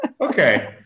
Okay